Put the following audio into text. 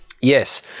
yes